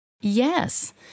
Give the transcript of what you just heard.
Yes